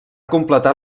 completat